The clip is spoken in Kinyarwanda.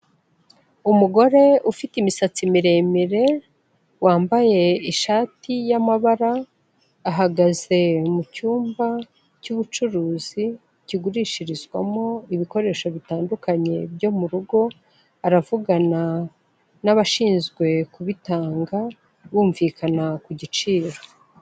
Umugore ufite imisatsi miremire wambaye ishati y'amabara, ahagaze mu cyumba cy'ubucuruzi kigurishirizwamo ibikoresho bitandukanye byo mu rugo, aravugana n'abashinzwe kubitanga bumvikana ku giciro.